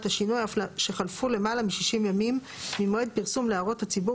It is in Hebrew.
השינוי אף שחלפו למעלה מ-60 ימים ממועד פרסום להערות הציבור